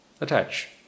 Attach